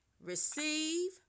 receive